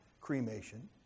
cremation